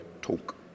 talk